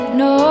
no